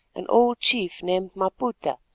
an old chief named maputa,